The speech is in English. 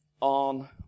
on